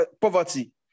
poverty